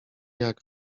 jak